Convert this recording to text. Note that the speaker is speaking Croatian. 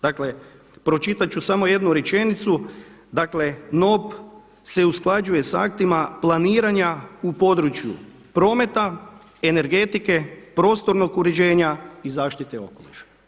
Dakle pročitat ću samo jednu rečenicu dakle NOP se usklađuje s aktima planiranja u području prometa, energetike, prostornog uređenja i zaštite okoliša.